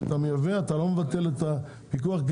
כשאתה מייבא אתה לא מבטל את הפיקוח כי